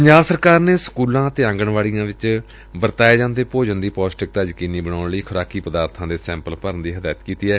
ਪੰਜਾਬ ਸਰਕਾਰ ਨੇ ਸਕੁਲਾਂ ਅਤੇ ਆਂਗਣਵਾੜੀਆਂ ਵਿਚ ਵਰਤਾਏ ਜਾਂਦੇ ਭੋਜਣ ਦੀ ਪੌਸ਼ਟਿਕਤਾ ਯਕੀਨੀ ਬਣਾਉਣ ਲਈ ਖੁਰਾਕੀ ਪਦਾਰਬਾਂ ਦੇ ਸੈਂਪਲ ਭਰਨ ਦੀ ਹਦਾਇਤ ਕੀਤੀ ਏ